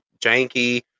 janky